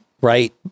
right